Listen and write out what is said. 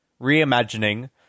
Reimagining